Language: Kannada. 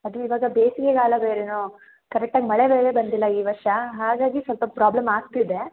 ಅದು ಇವಾಗ ಬೇಸಿಗೆಗಾಲ ಬೇರೇನೊ ಕರೆಕ್ಟಾಗಿ ಮಳೆ ಬೇರೆ ಬಂದಿಲ್ಲ ಈ ವರ್ಷ ಹಾಗಾಗಿ ಸ್ವಲ್ಪ ಪ್ರಾಬ್ಲಮ್ ಆಗ್ತಿದೆ